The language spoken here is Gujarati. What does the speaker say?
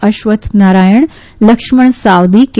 અશ્વથ નારાયણ લક્ષ્મણ સાવદી કે